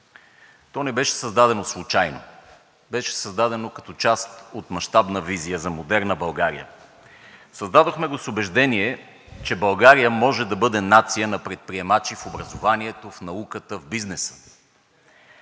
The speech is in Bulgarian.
то не беше създадено случайно. Беше създадено като част от мащабна визия за модерна България. Създадохме го с убеждение, че България може да бъде нация на предприемачи в образованието, в науката, в бизнеса.